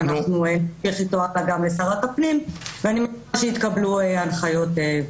ואנחנו נלך איתו גם לשרת הפנים ואני מקווה שיתקבלו הנחיות.